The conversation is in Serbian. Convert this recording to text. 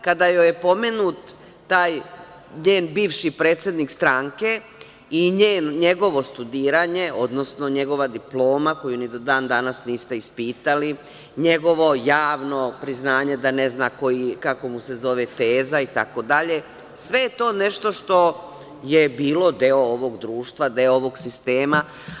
Kada joj je pomenut taj njen bivši predsednik stranke i njegovo studiranje, odnosno njegova diploma, koju ni do dan-danas niste ispitali, njegovo javno priznanje da ne zna kako mu se zove teza itd, sve je to nešto što je bilo deo ovog društva, deo ovog sistema.